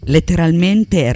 Letteralmente